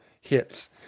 hits